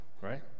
right